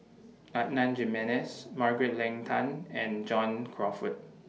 Adan Jimenez Margaret Leng Tan and John Crawfurd